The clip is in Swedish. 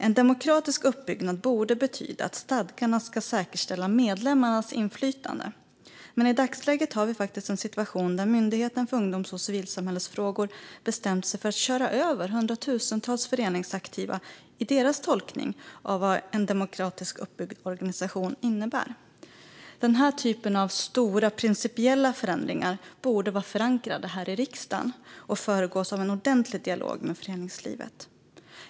En demokratisk uppbyggnad borde betyda att stadgarna ska säkerställa medlemmarnas inflytande. Men i dagsläget har vi en situation där Myndigheten för ungdoms och civilsamhällesfrågor har bestämt sig för att köra över hundratusentals föreningsaktiva i sin tolkning av vad en demokratiskt uppbyggd organisation innebär. Den typen av stora principiella förändringar borde vara förankrade här i riksdagen och föregås av en ordentlig dialog med föreningslivet.